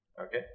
okay